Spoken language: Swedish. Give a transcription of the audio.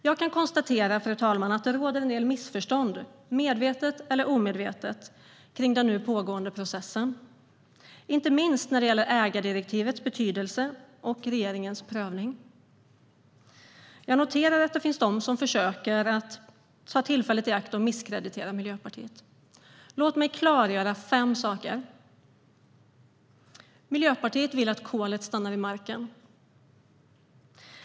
Jag kan konstatera att det råder en del missförstånd, medvetna eller inte, om den nu pågående processen, inte minst när det gäller ägardirektivets betydelse och regeringens prövning. Jag noterar att det finns de som tar tillfället i akt att försöka misskreditera Miljöpartiet. Låt mig klargöra fem saker. Miljöpartiet vill att kolet stannar i marken.